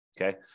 okay